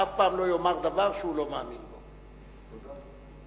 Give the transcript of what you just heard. אף פעם לא יאמר דבר שהוא לא מאמין בו, תודה.